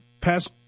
Pass